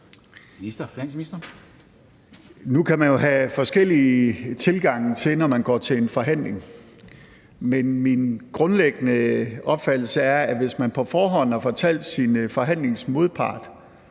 Nu kan man jo have forskellige tilgange, når man går til en forhandling, men min grundlæggende opfattelse er, at hvis man på forhånd har fortalt sin forhandlingsmodpart,